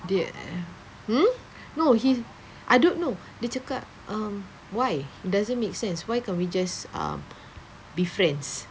di~ uh hmm no he I don't know dia cakap um why it doesn't makes sense why can't we just um be friends